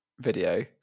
video